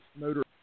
motor